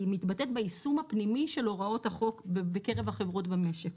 היא מתבטאת ביישום הפנימי של הוראות החוק בקרב החברות במשק.